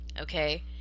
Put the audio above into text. Okay